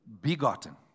Begotten